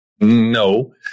No